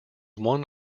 one